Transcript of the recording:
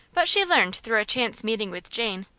but she learned through a chance meeting with jane,